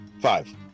Five